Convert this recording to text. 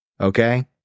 okay